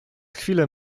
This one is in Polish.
chwilę